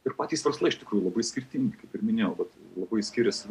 ir patys verslai iš tikrųjų labai skirtingi kaip ir minėjau vat labai skiriasi